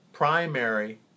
Primary